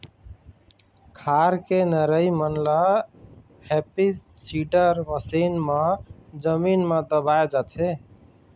खार के नरई मन ल हैपी सीडर मसीन म जमीन म दबाए जाथे